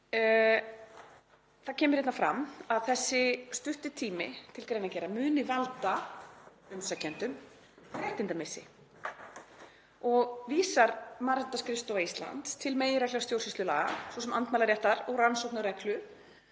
Það kemur hérna fram að þessi stutti tími til greinargerðar muni valda umsækjendum réttindamissi og vísar Mannréttindaskrifstofa Íslands til meginreglna stjórnsýslulaga, svo sem andmælaréttar og rannsóknarreglu